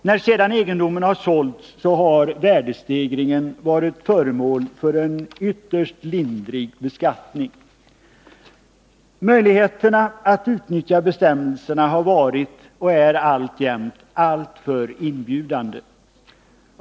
När sedan egendomen sålts har värdestegringen varit föremål för en ytterst lindrig beskattning. Möjligheterna att utnyttja bestämmelserna har varit och är alltjämt alltför inbjudande.